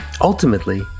Ultimately